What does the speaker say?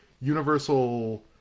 Universal